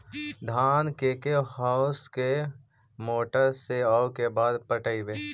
धान के के होंस के मोटर से औ के बार पटइबै?